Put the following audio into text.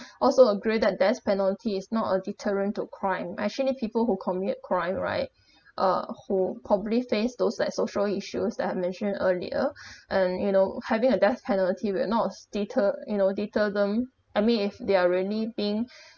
also agree that death penalty is not a deterrent to crime actually people who commit crime right uh who probably faced those like social issues that I have mentioned earlier and you know having a death penalty will not deter you know deter them I mean if they are really being